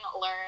learn